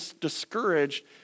discouraged